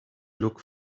look